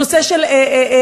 נושא של רווחה,